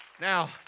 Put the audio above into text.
now